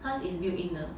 cause it's build in 的